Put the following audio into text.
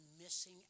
missing